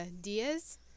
Diaz